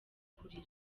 kurira